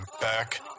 back